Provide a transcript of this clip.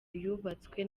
yubatswe